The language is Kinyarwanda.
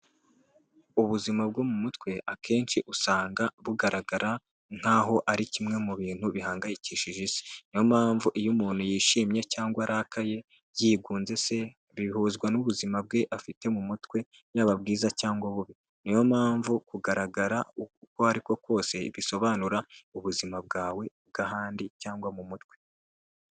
Ubuzima bwo mu mutwe akenshi usanga bugaragara nkaho ari kimwe mu bintu bihangayikishije isi niyo mpamvu iyo umuntu yishimye cyangwa arakaye yigunze se bihuzwa n'ubuzima bwe afite mu mutwe yaba bwiza cyangwa ububi niyo mpamvu kugaragara uko ari ko kose bisobanura ubuzima bwawe bw'ahandi cyangwa mu mutwe .